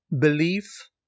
belief